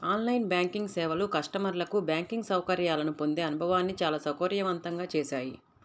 on line banking సేవలు కస్టమర్లకు banking సౌకర్యాలను పొందే అనుభవాన్ని చాలా సౌకర్యవంతంగా చేశాయి